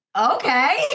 okay